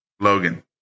Logan